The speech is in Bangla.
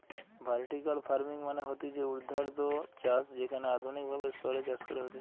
ভার্টিকাল ফার্মিং মানে হতিছে ঊর্ধ্বাধ চাষ যেখানে আধুনিক ভাবে স্তরে চাষ করা হতিছে